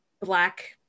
Black